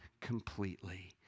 completely